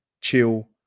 chill